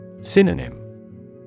Synonym